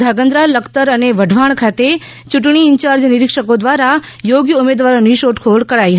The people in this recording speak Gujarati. ધ્રાંગધા લખતર અને વઢવાણ ખાતે યૂંટણી ઇન્ચાર્જ નિરીક્ષકો દ્વારા યોગ્ય ઉમેદવારોની શોધખોળ કરાઇ હતી